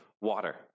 water